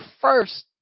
first